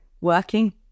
working